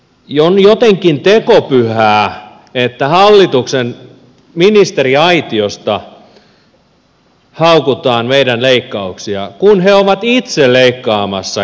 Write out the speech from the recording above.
on jotenkin tekopyhää että hallituksen ministeriaitiosta haukutaan meidän leikkauksiamme kun he ovat itse leikkaamassa kehitysapurahojaan